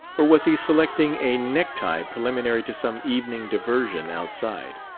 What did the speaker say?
or was he selecting a necktie preliminary to some evening diversion outside?